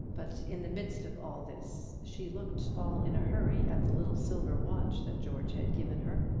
but in the midst of all this she looked all in a hurry at the little silver watch that george had given her,